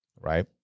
right